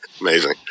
Amazing